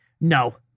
No